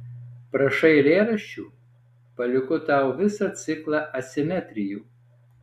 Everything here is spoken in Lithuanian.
prašai eilėraščių palieku tau visą ciklą asimetrijų